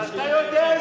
אתה יודע איזה,